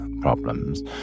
problems